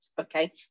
okay